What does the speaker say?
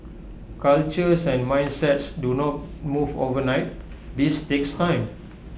cultures and mindsets do not move overnight this takes time